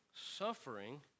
suffering